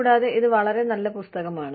കൂടാതെ ഇത് വളരെ നല്ല പുസ്തകമാണ്